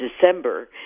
December